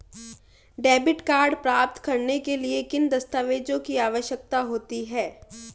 Debit card प्राप्त करने के लिए किन दस्तावेज़ों की आवश्यकता होती है?